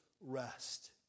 rest